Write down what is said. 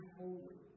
holy